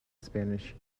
spanish